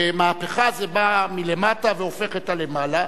שמהפכה זה בא מלמטה והופך את הלמעלה,